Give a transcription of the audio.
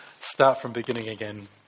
start-from-beginning-again